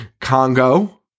Congo